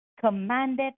commanded